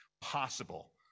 possible